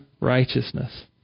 righteousness